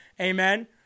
Amen